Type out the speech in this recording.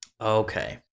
Okay